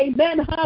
Amen